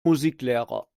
musiklehrer